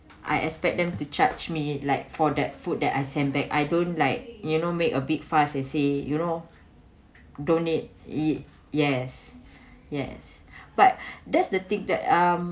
I expect them to charge me like for that food that I send back I don't like you know make a big fuss they said you know donate it yes yes but that's the thing that I'm